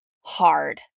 hard